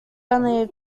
only